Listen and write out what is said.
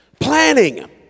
Planning